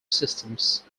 systems